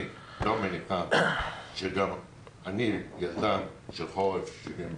אני אומרת כאן שגם אני ילדה של חורף 73."